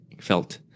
felt